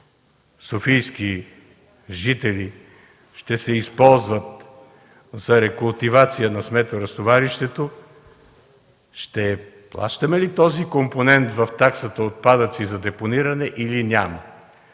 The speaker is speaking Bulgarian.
софийски жители ще се използват за рекултивация на сметоразтоварището, ще плащаме ли този компонент в таксата „отпадъци за депониране” или не?